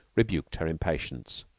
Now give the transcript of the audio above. rebuked her impatience,